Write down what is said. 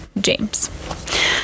James